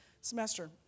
semester